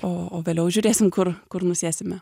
o o vėliau žiūrėsim kur kur nusėsime